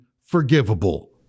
forgivable